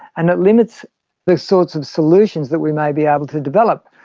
and it limits the sorts of solutions that we may be able to develop.